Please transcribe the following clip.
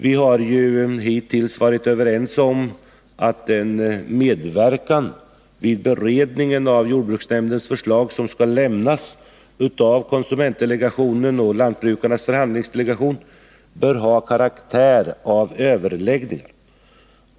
Vi har ju hittills varit överens om att den medverkan vid beredningen av jordbruksnämndens förslag som skall lämnas av konsumentdelegationen och lantbrukarnas förhandlingsdelegation bör ha karaktär av överläggning.